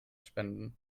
spenden